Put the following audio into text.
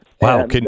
Wow